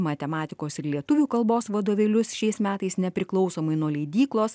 matematikos ir lietuvių kalbos vadovėlius šiais metais nepriklausomai nuo leidyklos